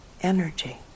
energy